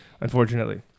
unfortunately